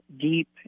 deep